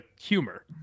humor